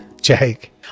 Jake